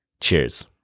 Cheers